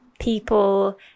people